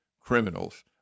criminals